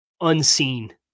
unseen